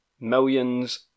millions